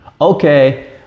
Okay